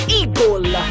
eagle